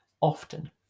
often